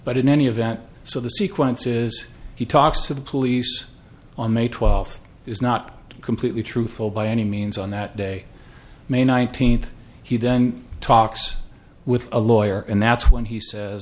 but in any event so the sequence is he talks to the police on may twelfth is not completely truthful by any means on that day may nineteenth he then talks with a lawyer and that's when he says